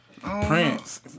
Prince